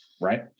right